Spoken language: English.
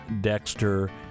dexter